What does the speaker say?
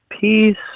peace